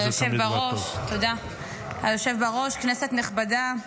בראש, כנסת נכבדה,